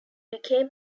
became